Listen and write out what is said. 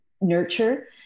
nurture